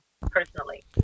personally